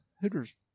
Hooters